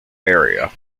area